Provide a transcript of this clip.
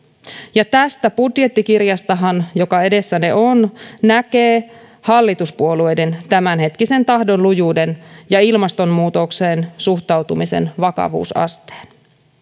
ja tästä budjettikirjastahan joka edessänne on näkee hallituspuolueiden tämänhetkisen tahdonlujuuden ja ilmastonmuutokseen suhtautumisen vakavuusasteen